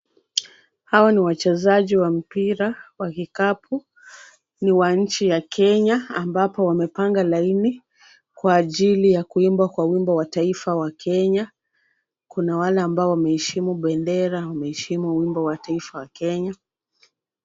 Hawa ni wachezaji wa mpira wa kikapu, ni wa nchi ya Kenya ambapo wamepanga laini. Kwa ajili ya kuimba kwa wimbo wa taifa wa Kenya, kuna wale ambao wameheshimu bendera na wameheshimu wimbo wa taifa wa Kenya.